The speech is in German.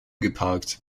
geparkt